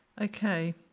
Okay